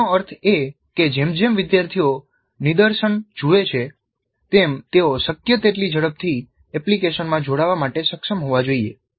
તેનો અર્થ એ કે જેમ જેમ વિદ્યાર્થીઓ નિદર્શન જુએ છે તેમ તેઓ શક્ય તેટલી ઝડપથી એપ્લિકેશનમાં જોડાવા માટે સક્ષમ હોવા જોઈએ